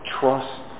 trust